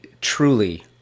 truly